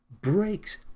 breaks